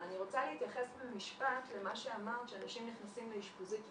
אבל אני רוצה להתייחס במשפט למה שאמרת שאנשים נכנסים לאשפוזית ויוצאים.